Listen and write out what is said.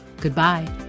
goodbye